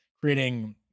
creating